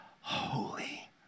holy